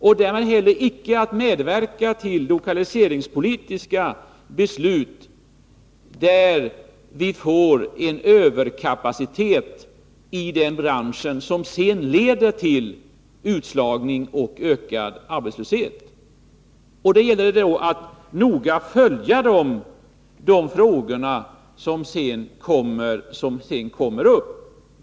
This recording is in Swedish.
Därmed försöker jag att inte heller medverka till lokaliseringspolitiska beslut som medför en överkapacitet i en bransch och som sedan leder till utslagning och ökad arbetslöshet. Det gäller då att noga följa de frågor som senare blir aktuella.